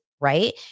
right